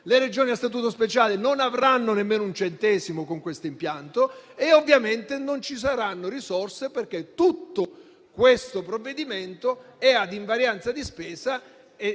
Le Regioni a Statuto speciale non avranno nemmeno un centesimo con questo impianto e ovviamente non ci saranno risorse perché tutto questo provvedimento è a invarianza di spesa